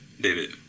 David